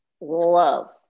Love